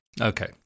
Okay